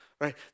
right